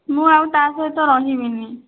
ମୁଁ ଆଉ ତା'ସହିତ ରହିବିନି